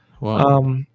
Wow